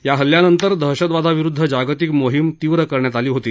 या हल्ल्यानंतर दहशतवादाविरुद्ध जागतिक मोहीम तीव्र करण्यात आली होती